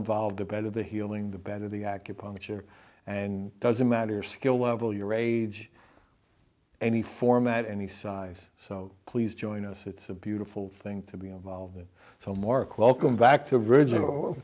involved the better the healing the better the acupuncture and doesn't matter skill level your age any format any size so please join us it's a beautiful thing to be involved in so marc welcome back to original